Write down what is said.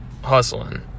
hustling